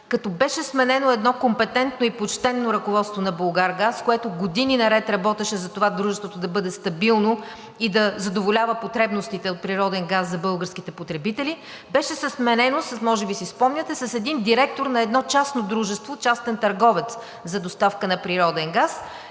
като беше сменено едно компетентно и почтено ръководство на „Булгаргаз“, което години наред работеше за това дружеството да бъде стабилно и да задоволява потребностите от природен газ за българските потребители. Може би си спомняте, че беше сменено с един директор на едно частно дружество, частен търговец за доставка на природен газ.